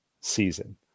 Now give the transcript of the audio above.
season